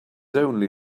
only